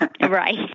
right